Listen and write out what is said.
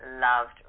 loved